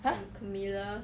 !huh!